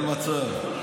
אז אני לא נאור.